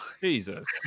Jesus